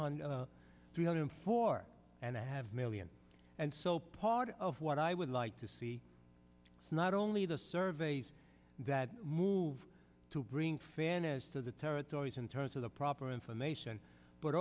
hundred three hundred four and a half million and so part of what i would like to see not only the surveys that move to bring fairness to the territories in terms of the proper information but